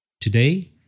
Today